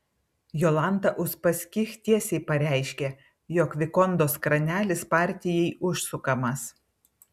jolanta uspaskich tiesiai pareiškė jog vikondos kranelis partijai užsukamas